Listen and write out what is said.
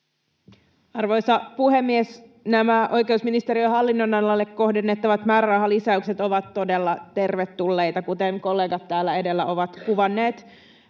Arvoisa puhemies! Nämä oikeusministeriön hallinnonalalle kohdennettavat määrärahalisäykset ovat todella tervetulleita, kuten kollegat täällä edellä ovat kuvanneet.